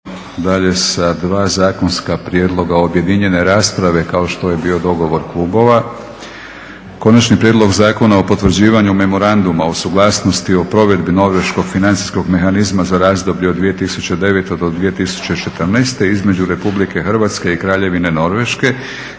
dalje sa dva zakonska prijedloga objedinjene rasprave kao što je bio dogovor klubova. - Konačni prijedlog Zakona o potvrđivanju Memoranduma o suglasnosti o provedbi norveškog financijskog mehanizma za razdoblje od 2009. do 2014. između Republike Hrvatske i Kraljevine Norveške,